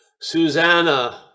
Susanna